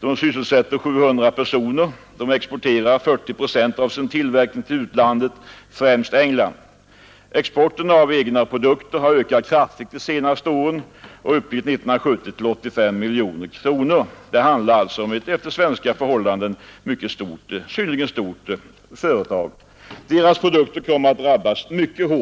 som sysselsätter 700 personer. Det exporterar 40 procent av sin tillverkning, främst till England. Exporten av egna produkter har ökat kraftigt de senaste åren och var 1970 uppe i 85 miljoner kronor. Det handlar alltså om ett efter svenska förhållanden synnerligen stort företag. Dess produkter kommer att drabbas mycket hårt.